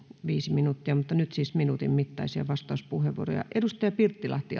viisi minuuttia mutta nyt siis minuutin mittaisia vastauspuheenvuoroja edustaja pirttilahti